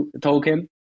token